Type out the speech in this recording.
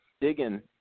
digging